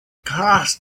class